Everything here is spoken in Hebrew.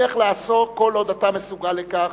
לך לעסוק, כל עוד אתה מסוגל לכך,